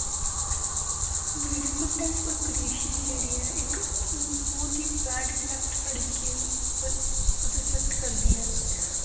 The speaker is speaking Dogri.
वीडियो कंटैक्ट और क्रिएशन जेह्ड़ी ऐ इक बोह्त ही बैड इम्पैक्ट साढ़ी गेम उप्पर मतलब इफैक्ट करदी ऐ